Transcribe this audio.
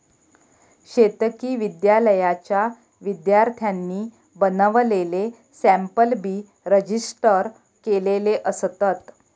शेतकी विद्यालयाच्या विद्यार्थ्यांनी बनवलेले सॅम्पल बी रजिस्टर केलेले असतत